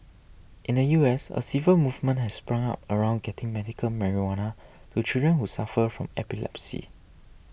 in the U S a civil movement has sprung up around getting medical marijuana to children who suffer from epilepsy